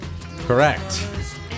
Correct